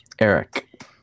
Eric